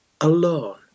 alone